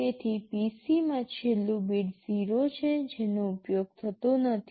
તેથી PC માં છેલ્લું બીટ 0 છે જેનો ઉપયોગ થતો નથી